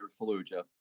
Fallujah